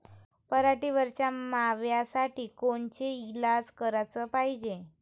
पराटीवरच्या माव्यासाठी कोनचे इलाज कराच पायजे?